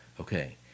okay